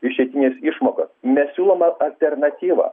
išeitinės išmokos nesiūloma alternatyva